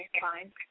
fine